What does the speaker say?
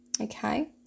Okay